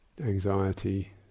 anxiety